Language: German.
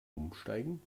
umsteigen